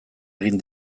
egin